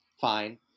fine